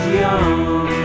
young